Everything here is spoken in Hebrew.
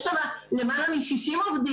יש שם למעלה מ-60 עובדים,